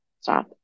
stop